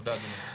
תודה.